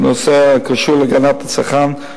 כנושא הקשור להגנת הצרכן,